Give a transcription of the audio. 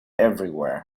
everywhere